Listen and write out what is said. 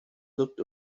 looked